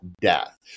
death